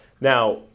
now